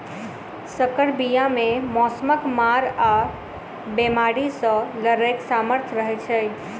सँकर बीया मे मौसमक मार आ बेमारी सँ लड़ैक सामर्थ रहै छै